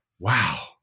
Wow